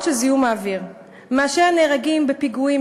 של זיהום האוויר מאשר נהרגים בפיגועים,